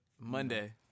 Monday